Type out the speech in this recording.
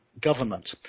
government